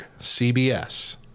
CBS